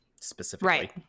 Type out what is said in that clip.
specifically